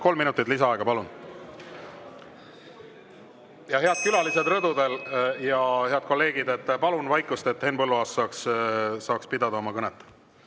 Kolm minutit lisaaega, palun! Head külalised rõdudel ja head kolleegid, palun vaikust, et Henn Põlluaas saaks pidada oma kõnet!